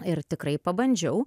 ir tikrai pabandžiau